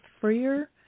freer